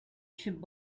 should